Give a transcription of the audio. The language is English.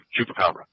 Chupacabra